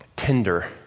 tender